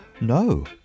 No